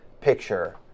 picture